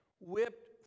whipped